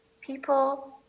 people